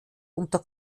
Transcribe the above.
unter